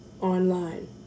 online